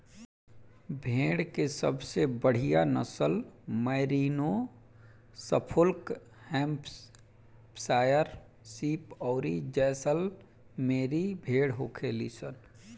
भेड़ के सबसे बढ़ियां नसल मैरिनो, सफोल्क, हैम्पशायर शीप अउरी जैसलमेरी भेड़ होखेली सन